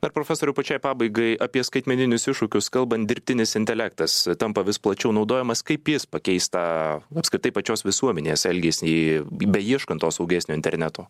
dar profesoriau pačiai pabaigai apie skaitmeninius iššūkius kalbant dirbtinis intelektas tampa vis plačiau naudojamas kaip jis pakeis tą apskritai pačios visuomenės elgesį beieškant to saugesnio interneto